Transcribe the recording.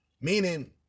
Meaning